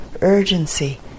urgency